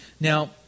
Now